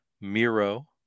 miro